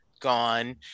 gone